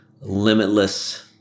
Limitless